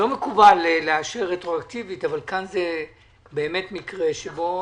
לא מקובל לאשר רטרואקטיבית אבל כאן זה באמת מקרה שבו